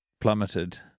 plummeted